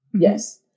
Yes